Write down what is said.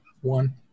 one